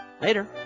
Later